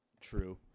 True